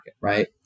right